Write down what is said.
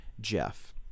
Jeff